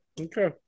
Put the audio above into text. Okay